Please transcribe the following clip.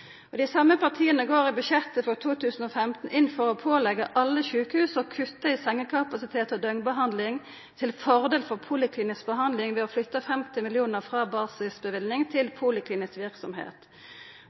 kommunane. Dei same partia går i budsjettet for 2015 inn for å påleggja alle sjukehus å kutta i sengekapasitet og døgnbehandling til fordel for poliklinisk behandling ved å flytta 50 mill. kr frå basisløyving til poliklinisk verksemd.